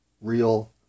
real